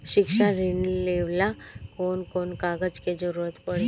शिक्षा ऋण लेवेला कौन कौन कागज के जरुरत पड़ी?